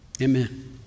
Amen